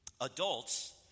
adults